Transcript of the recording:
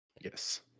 Yes